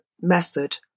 method